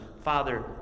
Father